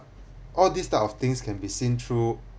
all this type of things can be seen through